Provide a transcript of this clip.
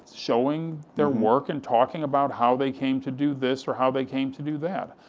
showing their work, and talking about how they came to do this, or how they came to do that.